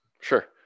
sure